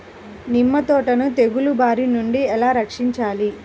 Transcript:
నిమ్మ తోటను తెగులు బారి నుండి ఎలా రక్షించాలి?